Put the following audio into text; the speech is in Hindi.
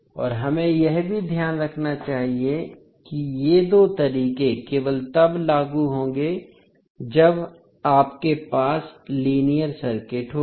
और हमें यह ध्यान रखना चाहिए कि ये दो तरीके केवल तब लागू होंगे जब आपके पास लीनियर सर्किट होगा